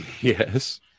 Yes